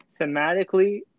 thematically